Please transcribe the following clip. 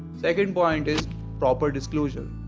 second point is proper disclosure